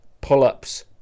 pull-ups